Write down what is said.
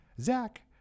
Zach